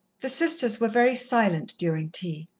the sisters were very silent during tea.